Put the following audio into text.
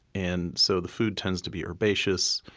and so the food tends to be herbaceous.